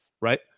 Right